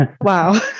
Wow